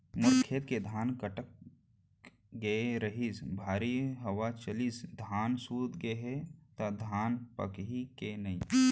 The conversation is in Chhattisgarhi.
मोर खेत के धान छटक गे रहीस, भारी हवा चलिस, धान सूत गे हे, त धान पाकही के नहीं?